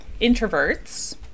introverts